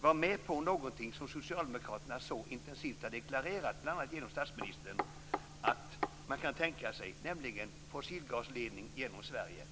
vara med på något som Socialdemokraterna så intensivt har deklarerat, bl.a. genom statsministern, att man kan tänka sig, nämligen en fossilgasledning genom Sverige.